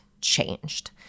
changed